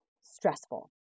stressful